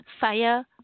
Fire